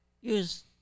use